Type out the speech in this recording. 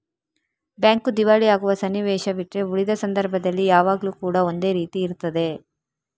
bank ದಿವಾಳಿ ಆಗುವ ಸನ್ನಿವೇಶ ಬಿಟ್ರೆ ಉಳಿದ ಸಂದರ್ಭದಲ್ಲಿ ಯಾವಾಗ್ಲೂ ಕೂಡಾ ಒಂದೇ ರೀತಿ ಇರ್ತದೆ